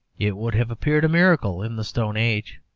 it would have appeared a miracle in the stone age.